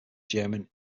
german